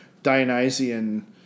Dionysian